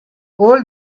old